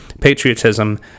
patriotism